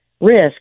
risk